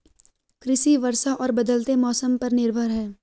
कृषि वर्षा और बदलते मौसम पर निर्भर है